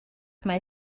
mae